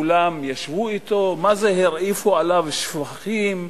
כולם ישבו אתו ומה-זה הרעיפו עליו שבחים.